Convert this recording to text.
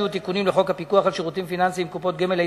הוא תיקונים לחוק הפיקוח על שירותים פיננסיים (קופות גמל),